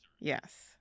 Yes